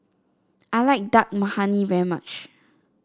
I like Dal Makhani very much